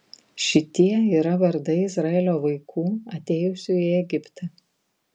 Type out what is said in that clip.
šitie yra vardai izraelio vaikų atėjusių į egiptą